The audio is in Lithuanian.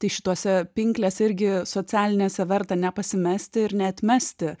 tai šitose pinklėse irgi socialinėse verta nepasimesti ir neatmesti